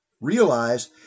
realize